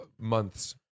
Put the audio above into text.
months